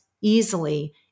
easily